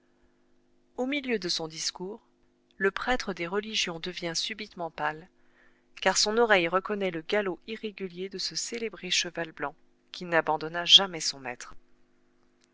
au milieu de son discours le prêtre des religions devient subitement pâle car son oreille reconnaît le galop irrégulier de ce célébré cheval blanc qui n'abandonna jamais son maître